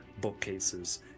bookcases